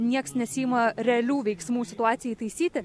nieks nesiima realių veiksmų situacijai taisyti